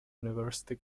university